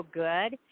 good